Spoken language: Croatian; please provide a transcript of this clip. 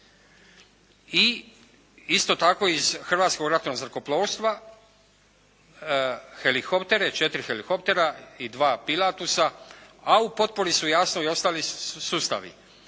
I isto tako iz Hrvatskog ratnog zrakoplovstva helikoptere, četiri helikoptera i dva pilatusa, a u potpori su jasno i ostali sustavi.